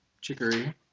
chicory